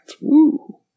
Woo